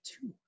Two